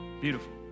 Beautiful